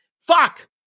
Fuck